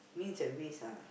means and ways ah